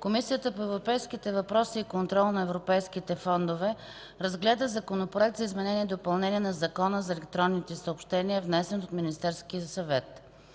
Комисията по европейските въпроси и контрол на европейските фондове разгледа Законопроекта за изменение и допълнение на Закона за електронните съобщения, внесен от Министерския съвет.